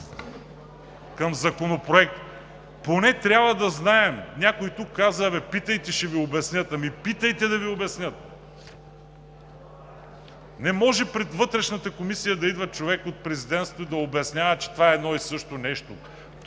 към Законопроект, поне трябва да знаем. Някой тук каза: питайте – ще Ви обяснят. Ами питайте, за да Ви обяснят! Не може пред Вътрешната комисия да идва човек от президентството и да ни обяснява, че това е едно и също нещо.